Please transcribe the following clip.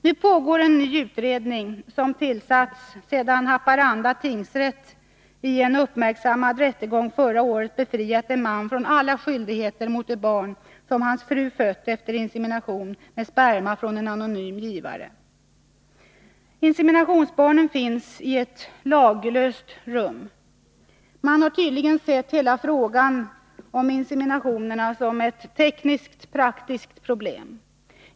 Nu pågår en ny utredning, som tillsatts sedan Haparanda tingsrätt i en uppmärksammad rättegång förra året befriat en man från alla skyldigheter mot det barn som hans fru fött efter insemination med sperma från en anonym givare. Inseminationsbarnen finns i ett laglöst rum. Man har tydligen sett hela frågan om inseminationerna som ett tekniskt-praktiskt problem.